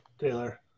Taylor